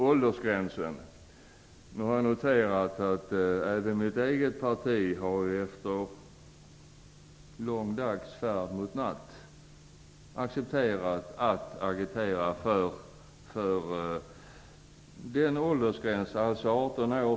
Jag har noterat att även mitt eget parti efter lång dags färd mot natt accepterat att agitera för åldersgränsen 18 år.